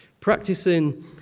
practicing